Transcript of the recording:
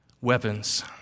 weapons